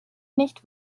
nicht